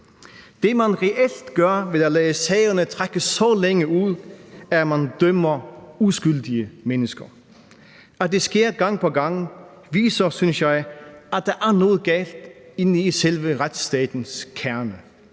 Det, man reelt gør ved at lade sagerne trække så længe ud, er, at man dømmer uskyldige mennesker. At det sker gang på gang, viser, synes jeg, at der er noget galt inde i selve retsstatens kerne.